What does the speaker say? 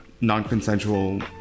non-consensual